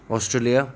Australia